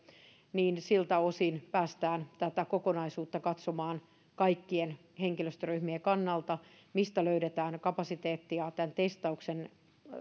niin siltä osin päästään tätä kokonaisuutta katsomaan kaikkien henkilöstöryhmien kannalta mistä löydetään kapasiteettia tämän testauksen